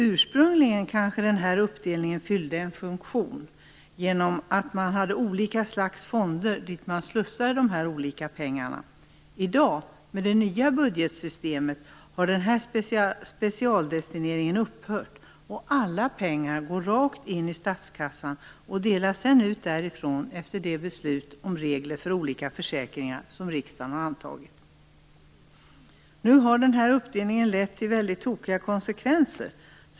Ursprungligen kanske den här uppdelningen fyllde en funktion genom att man hade olika slags fonder dit man slussade de här olika pengarna. I dag, med det nya budgetsystemet, har den här specialdestineringen upphört, och alla pengar går rakt in i statskassan och delas sedan ut därifrån efter de beslut om regler för olika försäkringar som riksdagen har antagit. Nu har den här uppdelningen lett till väldigt tokiga konsekvenser.